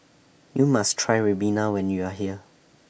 YOU must Try Ribena when YOU Are here